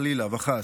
חלילה וחס,